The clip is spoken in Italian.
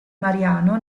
mariano